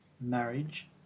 marriage